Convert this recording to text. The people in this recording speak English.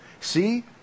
See